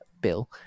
Bill